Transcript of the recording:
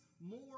More